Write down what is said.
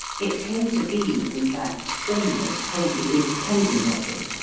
it came to be, in fact, almost wholly independent of him.